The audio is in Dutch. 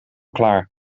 klaar